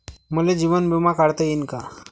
मले जीवन बिमा काढता येईन का?